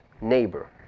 neighbor